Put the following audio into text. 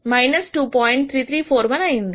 3341అయినది